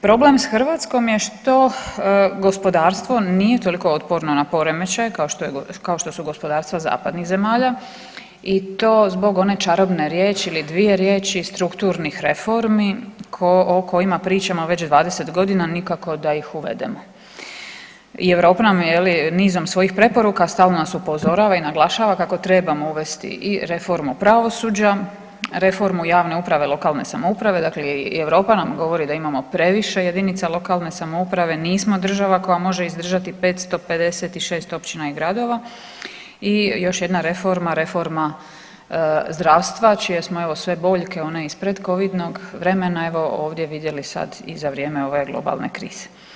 Problem s Hrvatskom je to što gospodarstvo nije toliko otporno na poremećaje kao što su gospodarstva zapadnih zemalja i to zbog one čarobne riječi ili dvije riječi, strukturnih reformi o kojima pričamo već 20 godina, nikako da ih uvedemo i Europa nam je, je li, nizom svojih preporuka stalno nas upozorava i naglašava kako trebamo uvesti i reformu pravosuđa, reformu javne uprave i lokalne samouprave, dakle i Europa nam govori da imamo previše jedinica lokalne samouprave, nismo država koja može izdržati 556 općina i gradova i još jedna reforma, reforma zdravstva čije smo evo, sve boljke one iz predcovidnog vremena, evo ovdje vidjeli sad i za vrijeme ove globalne krize.